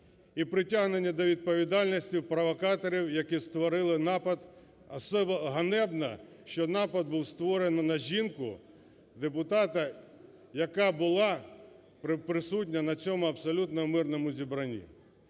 і притягнення до відповідальності провокаторів, які створили напад. Особливо ганебно, що напад був створений на жінку-депутата, яка була присутня на цьому абсолютно мирному зібранні.